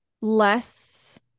less